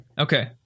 Okay